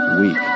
week